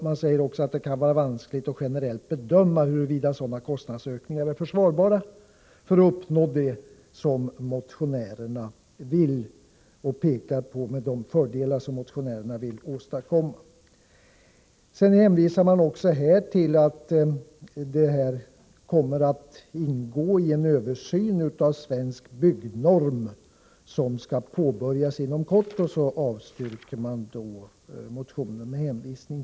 Man säger också att det kan vara vanskligt att generellt bedöma huruvida sådana kostnadsökningar är försvarbara för att uppnå de av motionärerna angivna fördelarna. Man hänvisar vidare till att den av motionärerna aktualiserade frågan kommer att ingå i den översyn av Svensk byggnorm som påbörjas inom kort. Därmed avstyrker man motionen.